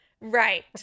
right